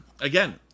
again